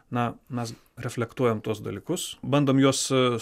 na mes reflektuojam tuos dalykus bandom juos